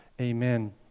Amen